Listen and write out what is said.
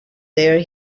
there